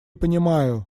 понимаю